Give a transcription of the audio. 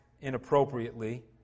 inappropriately